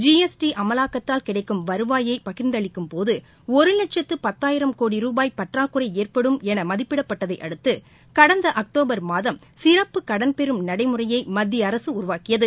G S T அமலாக்கத்தால் கிடைக்கும் வருவாயை பகிர்ந்தளிக்கும்போது ஒரு வட்சத்து பத்தாயிரம் கோடி ரூபாய் பற்றாக்குறை ஏற்படும் என மதிப்பிடப்பட்டதை அடுத்து கடந்த அக்டோபர் மாதம் சிறப்பு கடன் பெறும் நடைமுறையை மத்திய அரசு உருவாக்கியது